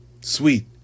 Sweet